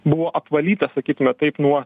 buvo apvalyta sakytume taip nuo